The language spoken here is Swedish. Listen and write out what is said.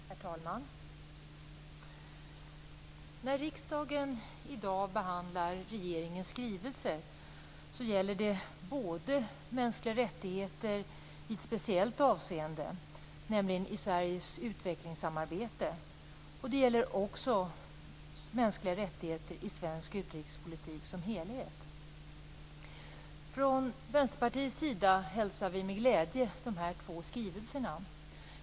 Herr talman! När riksdagen i dag behandlar regeringens skrivelser gäller det både mänskliga rättigheter i ett speciellt avseende, nämligen i Sveriges utvecklingssamarbete, och mänskliga rättigheter i svensk utrikespolitik som helhet. Från Vänsterpartiets sida hälsar vi med glädje de två skrivelserna.